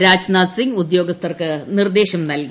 രാജ്നാഥ് സിംഗ് ഉദ്യോഗസ്ഥർക്ക് നിർദ്ദേശം നല്കി